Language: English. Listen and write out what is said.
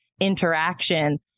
interaction